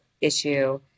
issue